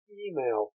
email